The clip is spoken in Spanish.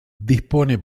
dispone